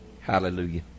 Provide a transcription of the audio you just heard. Hallelujah